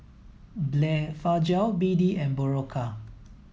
Blephagel B D and Berocca